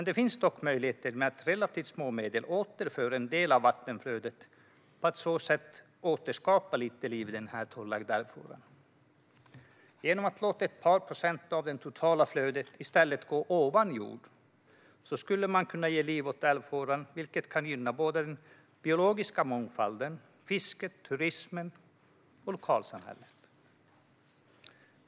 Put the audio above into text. Det finns dock möjlighet att med relativt små medel återföra en del av vattenflödet för att på så sätt återskapa lite liv i den torrlagda älvfåran. Genom att låta ett par procent av det totala flödet i stället gå ovan jord skulle man kunna ge liv åt älvfåran, vilket kan gynna såväl den biologiska mångfalden som fisket, turismen och lokalsamhället.